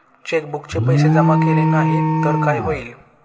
चेकबुकचे पैसे जमा केले नाही तर काय होईल?